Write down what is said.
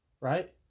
right